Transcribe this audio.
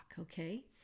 Okay